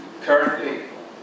currently